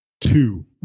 two